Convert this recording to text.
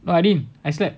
but I didn't I slept